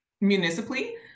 municipally